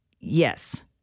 Yes